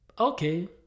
okay